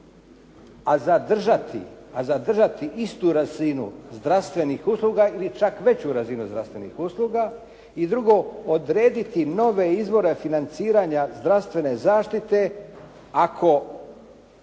a zadržati istu razinu zdravstvenih usluga ili čak veću razinu zdravstvenih usluga i drugo odrediti nove izvore financiranja zdravstvene zaštite ako